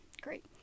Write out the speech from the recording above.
Great